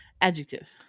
Adjective